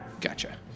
Gotcha